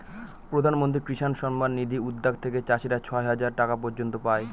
প্রধান মন্ত্রী কিষান সম্মান নিধি উদ্যাগ থেকে চাষীরা ছয় হাজার টাকা পর্য়ন্ত পাই